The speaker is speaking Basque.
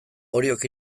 oriok